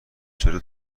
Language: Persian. چرا